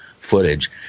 footage